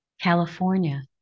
California